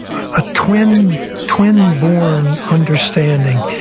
ah twin twin born understanding.